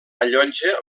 allotja